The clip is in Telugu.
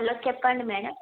హలో చెప్పండి మేడం